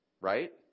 right